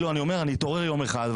אני אומר: אני אתעורר יום אחד,